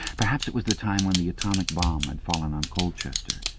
perhaps it was the time when the atomic bomb had fallen on colchester.